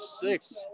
six